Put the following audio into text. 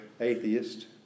atheist